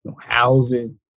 housing